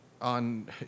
on